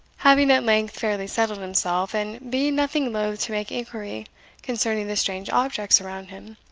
having at length fairly settled himself, and being nothing loath to make inquiry concerning the strange objects around him,